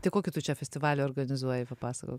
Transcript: tai kokį tu čia festivalį organizuoji papasakok